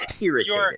irritated